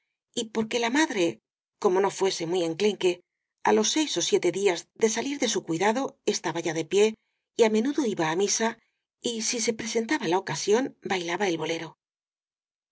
y porque la madre como no fuese muy enclenque á los seis ó siete días de salir de su cuidado estaba ya de pie y á menudo iba á misa y si se presen taba la ocasión bailaba el bolero